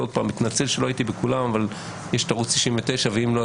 אני מתנצל שלא הייתי בכולם אבל יש את ערוץ 99 ואם לא,